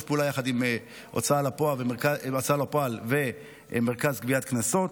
פעולה עם ההוצאה לפועל והמרכז לגביית קנסות.